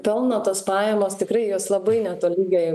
pelno tos pajamos tikrai jos labai netolygiai